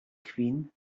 kvin